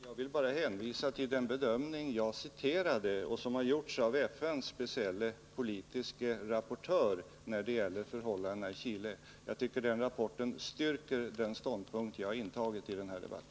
Herr talman! Jag vill bara hänvisa till den bedömning som jag citerade och som gjorts av FN:s specielle politiske rapportör när det gäller förhållandena i Chile. Jag tycker att hans rapport styrker den ståndpunkt jag intagit i denna debatt.